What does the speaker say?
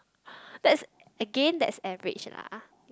that's again that's average lah